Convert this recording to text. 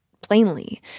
plainly